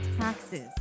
taxes